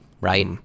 right